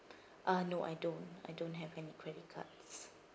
ah no I don't I don't have any credit cards